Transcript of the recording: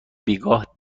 بیگاه